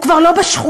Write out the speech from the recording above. הוא כבר לא בשכונה,